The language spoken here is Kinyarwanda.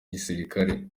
gisirikare